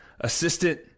assistant